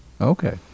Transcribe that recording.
Okay